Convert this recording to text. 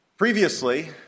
Previously